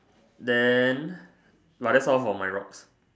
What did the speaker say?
then but that's all for my rocks